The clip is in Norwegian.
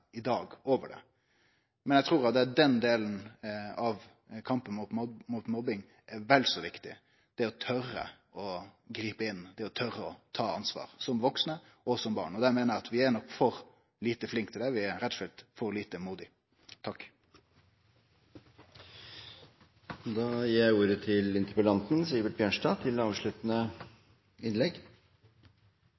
i dag over det. Men eg trur at den delen av kampen mot mobbing er vel så viktig, det å tore å gripe inn, det å tore å ta ansvar, som vaksne og som barn. Der meiner eg at vi er nok for lite flinke. Vi er nok rett og slett for lite modige. Takk for en god debatt. Jeg skal nøye meg med å knytte noen kommentarer til